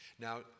Now